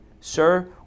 sir